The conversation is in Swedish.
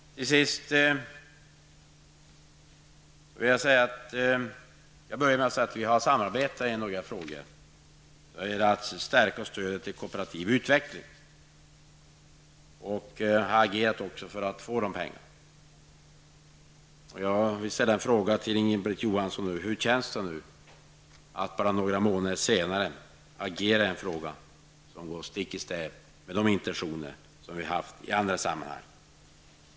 Jag började med att säga att vi har samarbetat i några frågor när det gäller att stärka stödet till kooperativ utveckling och agerat för att få fram de pengarna. Jag vill ställa en fråga till Inga-Britt Johansson: Hur känns det nu att bara några månader senare agera i en fråga som går stick i stäv med de intentioner som vi haft i andra sammanhang?